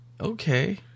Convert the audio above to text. Okay